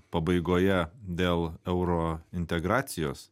pabaigoje dėl euro integracijos